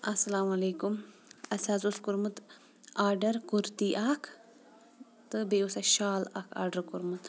السَلامُ علیکُم اَسہِ حظ اوس کوٚرمُت آرڈر کُرتی اَکھ تہٕ بیٚیہِ اوس اَسہِ شال اَکھ آرڈر کوٚرمُت